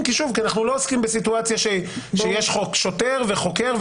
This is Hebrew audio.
מכיוון שאנחנו נמצאים בתוך חוק זכויות נפגעי עבירה,